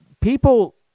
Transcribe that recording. people